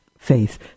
faith